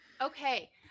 Okay